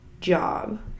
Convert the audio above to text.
job